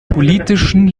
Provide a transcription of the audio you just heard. politischen